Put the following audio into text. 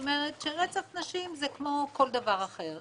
זאת אומרת שרצח נשים זה כמו כל דבר אחר.